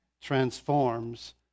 Transforms